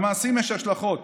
למעשים יש השלכות.